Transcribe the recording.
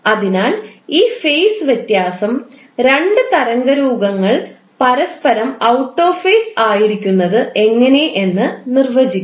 അതിനാൽ ഈ ഫേസ് വ്യത്യാസം രണ്ട് തരംഗരൂപങ്ങൾ പരസ്പരം ഔട്ട് ഓഫ് ഫേസ് ആയിരിക്കുന്നത് എങ്ങനെ എന്ന് നിർവചിക്കും